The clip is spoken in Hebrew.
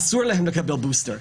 אסור להם לקבל בוסטר,